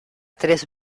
tres